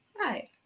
Right